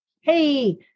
hey